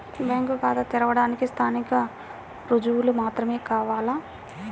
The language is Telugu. బ్యాంకు ఖాతా తెరవడానికి స్థానిక రుజువులు మాత్రమే కావాలా?